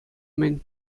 мӗн